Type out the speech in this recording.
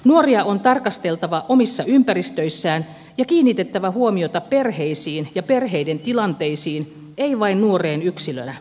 nuoria on tarkasteltava omissa ympäristöissään ja on kiinnitettävä huomiota perheisiin ja perheiden tilanteisiin ei vain nuoreen yksilönä